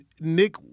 Nick